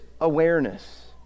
awareness